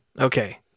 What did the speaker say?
Okay